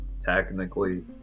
technically